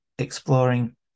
exploring